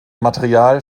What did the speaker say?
material